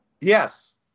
Yes